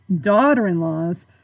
daughter-in-laws